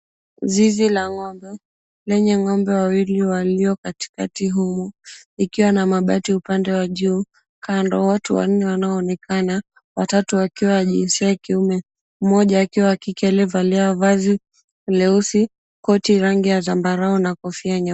Zizi la ng'ombe, lenye ng'ombe wawili walio katikati humu, ikiwa na mabati upande wa juu, kando watu wanne wanaonekana, watatu wakiwa jinsia ya kiume, mmoja akiwa wa kike aliyevaa vazi leusi, koti rangi ya zambarau na kofia nyeusi.